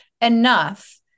enough